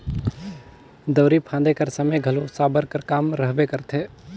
दउंरी फादे कर समे घलो साबर कर काम रहबे करथे